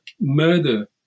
murder